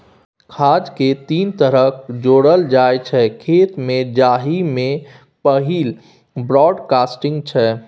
खाद केँ तीन तरहे जोरल जाइ छै खेत मे जाहि मे पहिल ब्राँडकास्टिंग छै